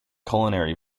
culinary